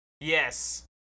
Yes